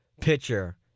pitcher